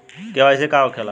KYC का होखेला?